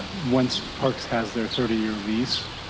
once parks has their thirty year lease,